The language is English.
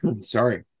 Sorry